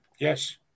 Yes